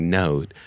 note